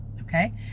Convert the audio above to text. Okay